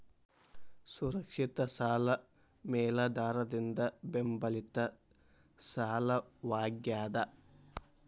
ಸುರಕ್ಷಿತ ಸಾಲ ಮೇಲಾಧಾರದಿಂದ ಬೆಂಬಲಿತ ಸಾಲವಾಗ್ಯಾದ